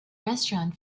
restaurant